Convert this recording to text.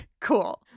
Cool